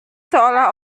seolah